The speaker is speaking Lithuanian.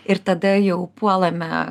ir tada jau puolame